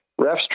Refs